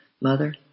Mother